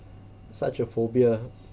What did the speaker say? such a phobia